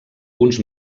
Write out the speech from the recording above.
uns